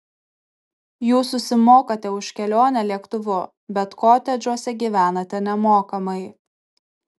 jūs susimokate už kelionę lėktuvu bet kotedžuose gyvenate nemokamai